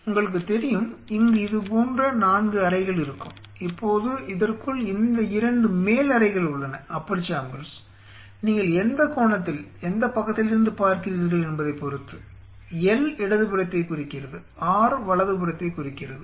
உங்களுக்குத் தெரியும் இங்கு இது போன்ற 4 அறைகள் இருக்கும் இப்போது இதற்குள் இந்த 2 மேல் அறைகள் உள்ளன நீங்கள் எந்தக் கோணத்தில் எந்தப் பக்கத்திலிருந்து பார்க்கிறீர்கள் என்பதைப் பொருத்து L இடதுபுறத்தைக் குறிக்கிறது R வலதுபுறத்தைக் குறிக்கிறது